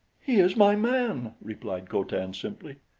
he is my man, replied co-tan simply.